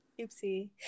Oopsie